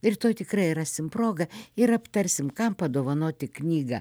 rytoj tikrai rasim progą ir aptarsim kam padovanoti knygą